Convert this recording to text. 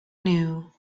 knew